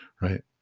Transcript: right